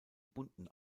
bunten